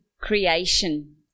creation